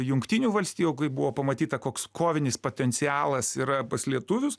jungtinių valstijų buvo pamatyta koks kovinis potencialas yra pas lietuvius